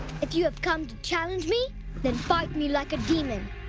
if you have come to challenge me then fight me like a demon,